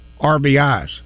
RBIs